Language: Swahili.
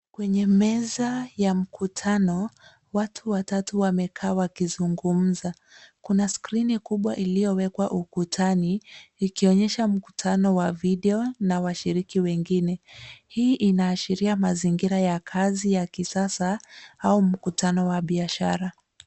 Kwenye meza ya mkutano, watu watatu wamekaa wakizungumza. Kuna skrini kubwa iliyowekwa ukutani, ikionyesha mkutano wa video na washiriki wengine. Hii inaashiria mazingira ya kazi ya kisasa au mkutano wa biashara.